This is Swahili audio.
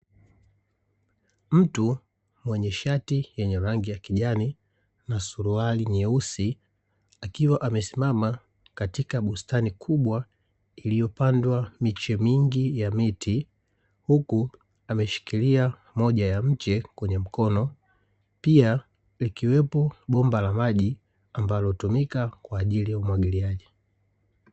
Mtu mwenye shati yenye rangi ya kijani na suruali nyeusi akiwa amesimama katika bustani kubwa iliyo pandwa miche mingi ya miti huku ameshikilia moja ya mche kwenye mkono pia likiwepo bomba la maji ambalo hutumika kwaajili ya umwagiliaji.